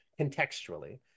contextually